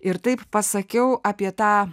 ir taip pasakiau apie tą